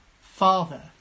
Father